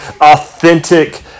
authentic